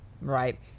Right